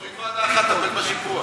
תוריד ועדה אחת, תטפל בשיפוע.